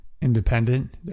independent